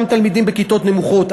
גם תלמידים בכיתות נמוכות,